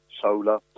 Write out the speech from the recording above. solar